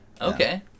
Okay